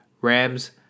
Rams